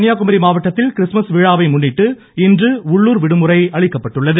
கன்னியாகுமரி மாவட்டத்தில் கிறிஸ்துமஸ் விழாவை முன்னிட்டு இன்று உள்ளுர் விடுமுறை அளிக்கப்பட்டுள்ளது